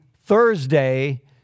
Thursday